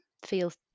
feels